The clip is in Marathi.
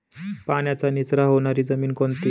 पाण्याचा निचरा होणारी जमीन कोणती?